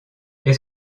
est